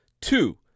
Two